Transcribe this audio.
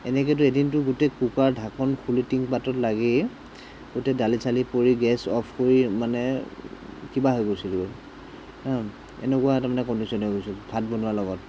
এনেকৈতো এদিনটো গোটেই কুকাৰ ঢাকোন খুলি টিনপাতত লাগি গোটেই দালি চালি পৰি গেছ অফ কৰি মানে কিবা হৈ গৈছিলোঁ আৰু এনেকুৱা মানে কণ্ডিশ্যন হৈ গৈছিল ভাত বনোৱাৰ লগত